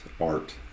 art